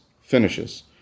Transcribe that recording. finishes